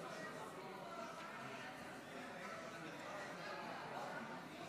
בעד 56,